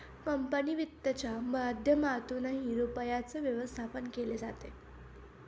company वित्तच्या माध्यमातूनही रुपयाचे व्यवस्थापन केले जाते